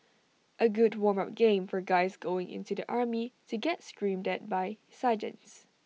A good warm up game for guys going into the army to get screamed at by sergeants